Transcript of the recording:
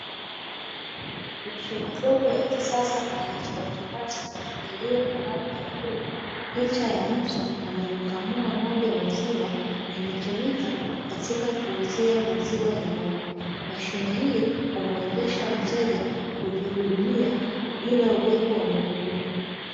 Mashine ndogo ya kisasa na ya kiautomatiki iliyo na rangi ya bluu, picha ya mtu anayemkamua ng'ombe maziwa, inatumika katika kuuzia maziwa ya ng'ombe. Mashine hii humuwezesha mteja kujihudumia bila uwepo wa muhudumu.